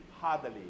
hardly